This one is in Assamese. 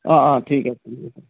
অঁ অঁ ঠিক আছে ঠিক আছে